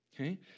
okay